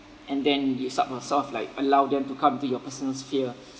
and then you so~ sort of like allow them to come to your personal sphere